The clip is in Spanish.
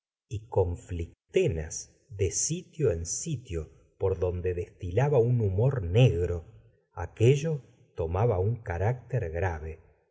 y con uctenas de sitio en sitio por donde destilaba un humor negro aquello tomaba u carácter gr